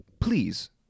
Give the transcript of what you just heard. please